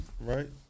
right